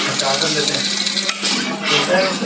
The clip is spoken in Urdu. اچھا آڈر لیتے ہیں تو خیر